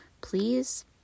please